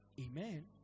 Amen